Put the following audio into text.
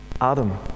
Adam